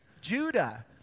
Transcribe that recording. Judah